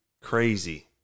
Crazy